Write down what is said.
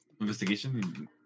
investigation